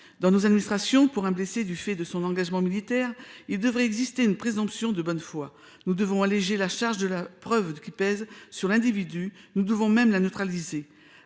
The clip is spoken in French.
dans nos administrations pour un blessé du fait de son engagement militaire, il devrait exister une présomption de bonne foi nous devons alléger la charge de la preuve qui pèse sur l'individu. Nous devons même la neutraliser